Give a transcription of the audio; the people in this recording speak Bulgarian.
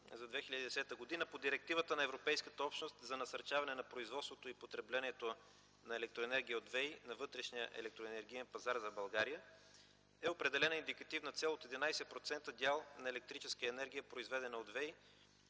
за 2010 г., по Директивата на Европейската общност за насърчаване на производството и потреблението на електроенергия от ВЕИ на вътрешния електроенергиен пазар за България е определена индикативна цел от 11-процентов дял на електрическата енергия, произведена от ВЕИ,